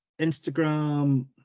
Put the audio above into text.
Instagram